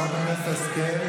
חברת הכנסת השכל.